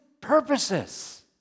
purposes